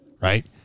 Right